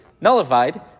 Nullified